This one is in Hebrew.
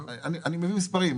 אני מביא מספרים.